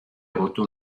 rotto